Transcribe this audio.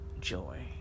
joy